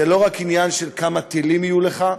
זה לא רק עניין של כמה טילים יהיו לך,